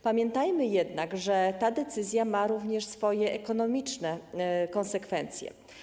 Pamiętajmy jednak, że ta decyzja ma również swoje ekonomiczne konsekwencje.